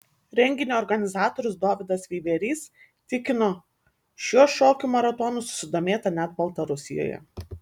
renginio organizatorius dovydas veiverys tikino šiuo šokių maratonų susidomėta net baltarusijoje